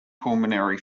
pulmonary